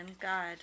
God